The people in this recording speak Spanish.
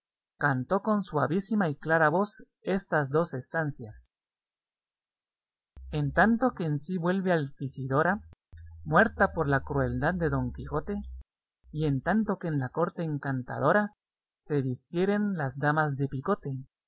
cantó con suavísima y clara voz estas dos estancias en tanto que en sí vuelve altisidora muerta por la crueldad de don quijote y en tanto que en la corte encantadora se vistieren las damas de picote